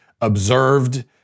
observed